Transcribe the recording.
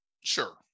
Sure